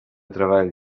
treball